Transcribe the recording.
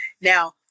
Now